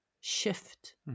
shift